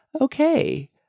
okay